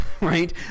right